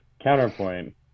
Counterpoint